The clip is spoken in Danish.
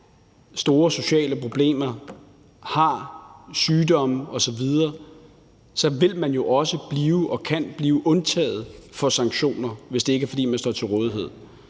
store sociale problemer, sygdomme osv., så kan og vil man jo også blive undtaget fra sanktioner, hvis man ikke står til rådighed.